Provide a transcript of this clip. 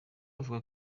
avuga